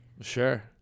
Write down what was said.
Sure